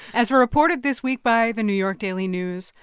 as reported this week by the new york daily news,